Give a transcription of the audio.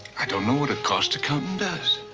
i don't know what a cost accountant!